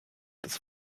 des